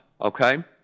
okay